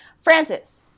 Francis